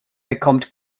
bekommt